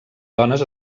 dones